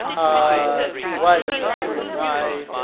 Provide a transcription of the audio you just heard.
ah well, at the time i,